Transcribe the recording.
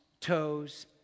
toes